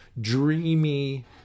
dreamy